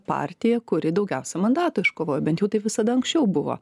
partiją kuri daugiausia mandatų iškovojo bent jau taip visada anksčiau buvo